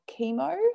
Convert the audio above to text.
chemo